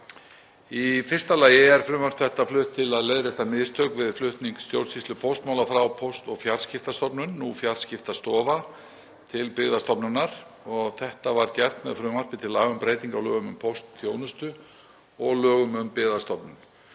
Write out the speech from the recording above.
Í fyrsta lagi er frumvarp þetta flutt til að leiðrétta mistök við flutning stjórnsýslu póstmála frá Póst- og fjarskiptastofnun, nú Fjarskiptastofu, til Byggðastofnunar. Þetta var gert með frumvarpi til laga um breytingu á lögum um póstþjónustu og lögum um Byggðastofnun